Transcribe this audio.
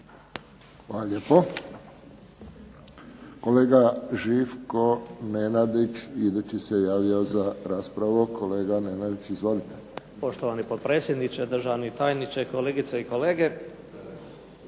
Hvala lijepo. Kolega Živko Nenadić idući se javio za raspravu. Kolega Nenadić, izvolite. **Nenadić, Živko (HDZ)** Poštovani potpredsjedniče, državni tajniče, kolegice i kolege.